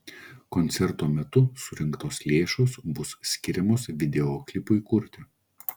koncerto metu surinktos lėšos bus skiriamos videoklipui kurti